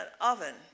oven